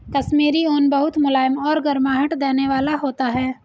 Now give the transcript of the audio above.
कश्मीरी ऊन बहुत मुलायम और गर्माहट देने वाला होता है